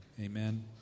Amen